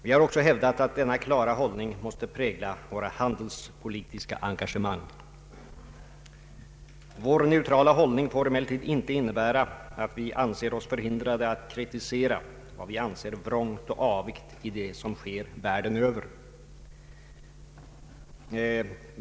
Vi har också hävdat att denna klara hållning måste prägla våra handelspolitiska engagemang. Vår neutrala hållning får emellertid inte innebära att vi anser oss förhindrade att kritisera vad vi anser vrångt och avigt i det som sker världen över.